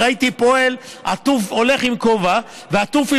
ראיתי פועל הולך עם כובע ועטוף,